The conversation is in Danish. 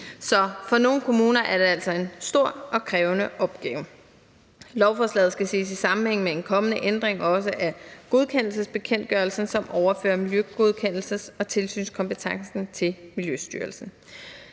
Så for nogle kommuner er det altså en stor og krævende opgave. Lovforslaget skal også ses i sammenhæng med en kommende ændring af godkendelsesbekendtgørelsen, som overfører miljøgodkendelses- og tilsynskompetencen til Miljøstyrelsen.